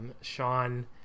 Sean